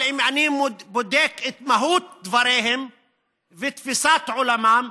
אבל אם אני בודק את מהות דבריהם ותפיסת עולמם,